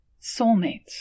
Soulmates